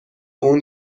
اون